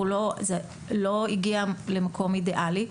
זה לא הגיע למקום אידיאלי,